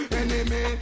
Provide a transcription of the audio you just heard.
enemy